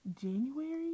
January